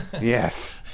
yes